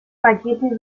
paquete